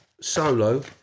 solo